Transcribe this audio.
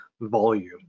Volume